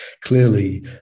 Clearly